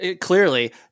clearly